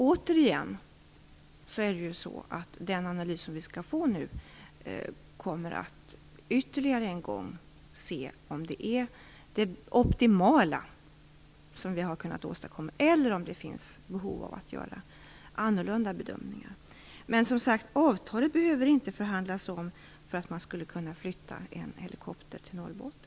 Återigen vill jag säga att man i den analys vi skall få ytterligare en gång kommer att undersöka om vi har åstadkommit den optimala lösningen eller om det finns behov av att göra andra bedömningar. Men, som sagt, avtalet behöver inte omförhandlas för att man skall kunna flytta en helikopter till Norrbotten.